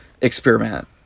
experiment